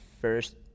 first